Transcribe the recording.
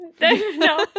No